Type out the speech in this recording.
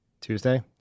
Tuesday